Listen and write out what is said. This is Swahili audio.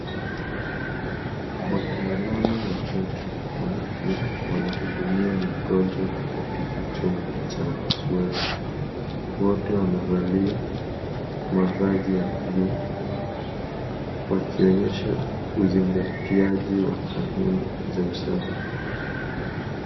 Wataalamu watatu wa afya wanahudumia mgonjwa katika chumba cha upasuaji , wote wamevalia mavazi ya bluu wakionyesha uzingatiaji wa kanuni za usafi .